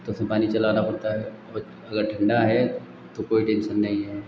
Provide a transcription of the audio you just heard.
तो उसमें पानी चलाना पड़ता है और अगर ठंडा है तो कोई टेन्शन नहीं है